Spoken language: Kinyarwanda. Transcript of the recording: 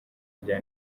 rya